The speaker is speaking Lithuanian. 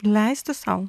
leisti sau